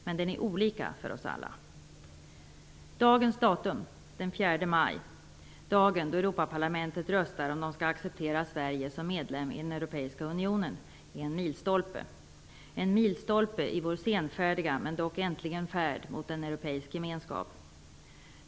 Men den är olika för oss alla. Sverige som medlem i den Europeiska unionen, är en milstolpe i vår senfärdiga resa mot en europeisk gemenskap.